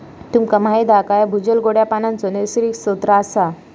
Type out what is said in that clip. तुमका माहीत हा काय भूजल गोड्या पानाचो नैसर्गिक स्त्रोत असा